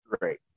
right